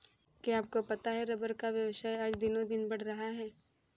क्या आपको पता है रबर का व्यवसाय आज दिनोंदिन बढ़ रहा है?